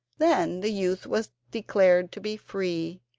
then the youth was declared to be free,